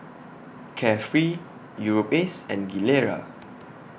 Carefree Europace and Gilera